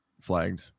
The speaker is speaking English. flagged